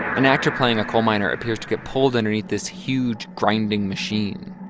an actor playing a coal miner appears to get pulled underneath this huge, grinding machine.